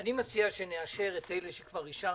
אני מציע שנאשר את הפרויקטים שכבר אישרנו,